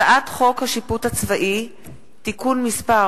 הצעת חוק השיפוט הצבאי (תיקון מס'